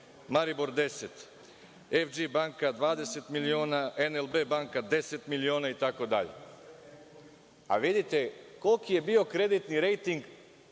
Maribor 10; EFG banka 20 miliona; NLB banka 10 miliona itd. Vidite koliki je bio kreditni rejting